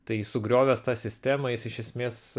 tai sugriovęs tą sistemą jis iš esmės